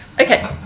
Okay